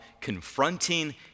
confronting